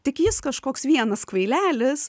tik jis kažkoks vienas kvailelis